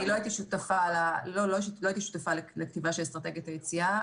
אני לא הייתי שותפה לכתיבה של אסטרטגיית יציאה.